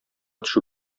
төшү